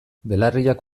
belarriak